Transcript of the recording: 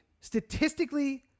Statistically